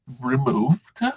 removed